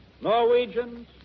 Norwegians